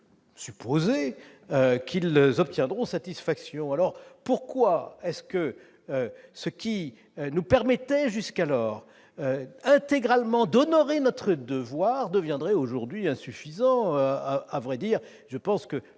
supposer qu'ils obtiendront satisfaction. Pourquoi est-ce que ce qui nous permettait jusqu'alors d'honorer intégralement notre devoir deviendrait aujourd'hui insuffisant ?